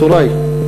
את הורי.